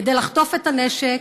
כדי לחטוף את הנשק,